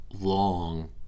long